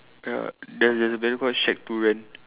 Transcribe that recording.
ya there's there's a banner called shack to rent